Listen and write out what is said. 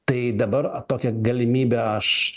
tai dabar tokią galimybę aš